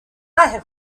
have